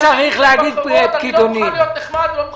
אני לא מוכן להיות נחמד.